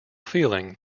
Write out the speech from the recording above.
feeling